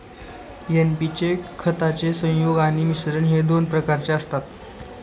NP चे खताचे संयुग आणि मिश्रण हे दोन प्रकारचे असतात